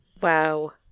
Wow